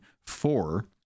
four